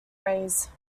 rays